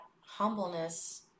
humbleness